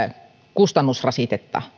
kustannusrasitetta